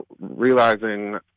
realizing